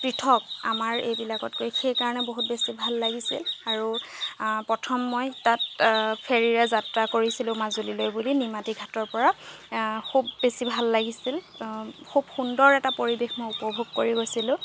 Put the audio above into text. পৃথক আমাৰ এইবিলাকতকৈ সেইকাৰণে বহুত বেছি ভাল লাগিছিল আৰু প্ৰথম মই তাত ফেৰীৰে যাত্ৰা কৰিছিলো মাজুলীলৈ বুলি নিমাতী ঘাটৰ পৰা খুব বেছি ভাল লাগিছিল খুব সুন্দৰ এটা পৰিৱেশ মই উপভোগ কৰি গৈছিলো